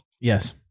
Yes